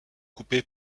coupé